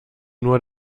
nur